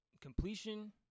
completion